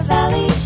Valley